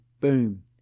boom